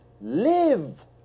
Live